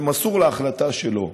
זה נמסר להחלטה שלו,